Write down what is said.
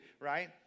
right